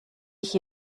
ich